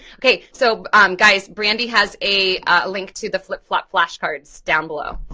okay, so guys, brandy has a link to the flip-flop flashcards down below.